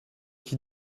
qui